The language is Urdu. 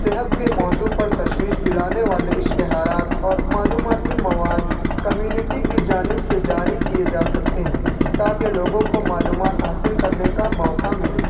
صحت کے موضوع پر تشویش دلانے والے اشتہارات اور معلوماتی مواد کمیونٹی کی جانب سے جاری کیے جا سکتے ہیں تاکہ لوگوں کو معلومات حاصل کرنے کا موقعہ ملے